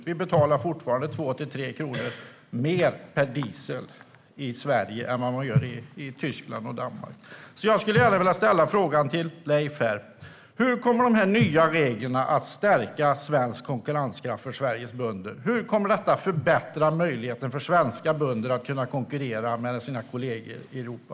I Sverige betalar vi fortfarande 2-3 kronor mer för diesel än vad man gör i Tyskland och Danmark. Jag skulle gärna vilja fråga Leif: Hur kommer de nya reglerna att stärka konkurrenskraften för Sveriges bönder? Hur kommer de att förbättra möjligheten för svenska bönder att konkurrera med sina kollegor i Europa?